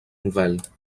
nouvelles